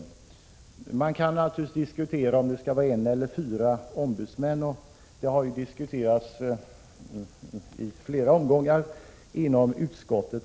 Man kan naturligtvis diskutera om det skall vara en eller fyra ombudsmän, och det har ju också diskuterats i flera omgångar inom utskottet.